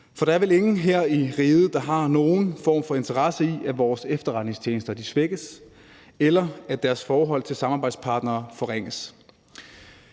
For der er vel ingen her i riget, der har nogen form for interesse i, at vores efterretningstjenester svækkes, eller at deres forhold til samarbejdspartnere forringes.